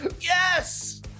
Yes